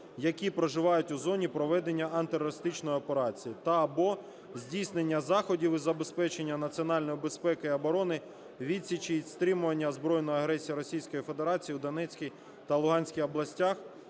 які проживають у зоні проведення антитерористичної операції та/або здійснення заходів із забезпечення національної безпеки і оборони, відсічі і стримування збройної агресії Російської Федерації у Донецький та Луганській областях